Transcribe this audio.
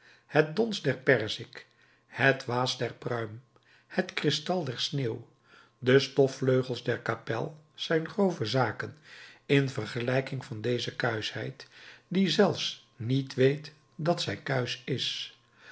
het dons der perzik het waas der pruim het kristal der sneeuw de stofvleugels der kapel zijn grove zaken in vergelijking van deze kuischheid die zelfs niet weet dat zij kuisch is